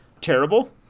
terrible